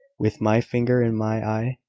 with my finger in my eye?